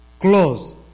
close